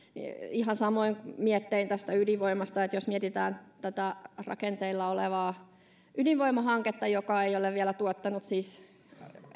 ihan samoin miettein olen tästä ydinvoimasta jos mietitään tätä rakenteilla olevaa ydinvoimalaa joka ei ole vielä tuottanut siis